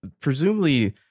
presumably